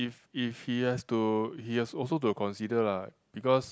if if he has to he has also to consider lah because